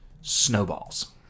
Snowballs